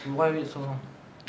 you why wait so long